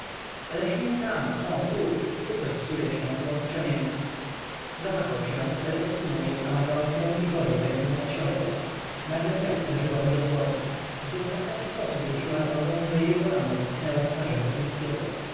ależ nie tam o tu tu coś psuje się około strzemienia zawahał się lecz odsunął jej amazonkę i włożył rękę pod siodło nagle krew uderzyła mu do głowy wdówka w taki sposób ruszyła nogą że jej kolano dotknęło twarzy wokulskiego no